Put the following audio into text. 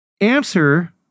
answer